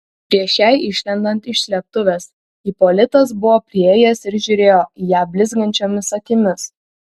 prieš jai išlendant iš slėptuvės ipolitas buvo priėjęs ir žiūrėjo į ją blizgančiomis akimis